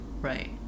right